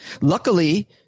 Luckily